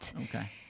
Okay